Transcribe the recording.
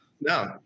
No